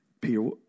Peter